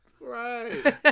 Right